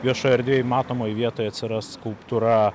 viešoj erdvėj matomoj vietoj atsiras skulptūra